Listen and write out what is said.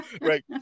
Right